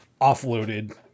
offloaded